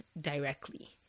directly